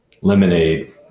lemonade